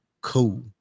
cool